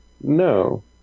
No